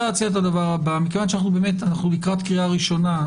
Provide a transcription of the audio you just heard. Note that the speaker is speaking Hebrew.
מכיוון שאנחנו לקראת קריאה ראשונה,